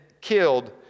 killed